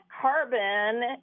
carbon